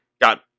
got